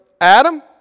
Adam